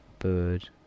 bird